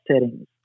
settings